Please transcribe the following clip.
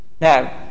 Now